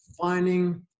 finding